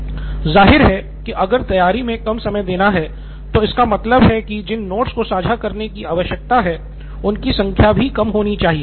निथिन कुरियन जाहिर है कि अगर तैयारी में कम समय देना है तो इसका मतलब है कि जिन नोट्स को साझा करने की आवश्यकता है उनकी संख्या भी कम होनी चाहिए